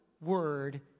word